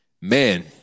man